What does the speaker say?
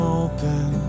open